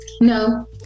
No